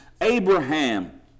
abraham